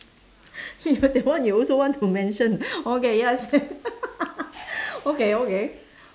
your that one you also want to mention okay yes okay okay